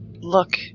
look